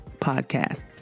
podcasts